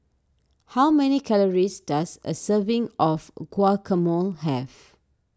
how many calories does a serving of Guacamole have